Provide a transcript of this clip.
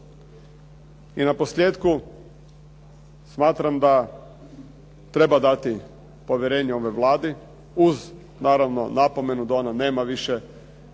I naposljetku, smatram da treba dati povjerenje Vladi uz naravno napomenu da ona nema vremena